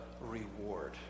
reward